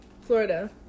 Florida